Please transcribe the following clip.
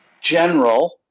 general